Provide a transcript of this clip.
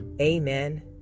amen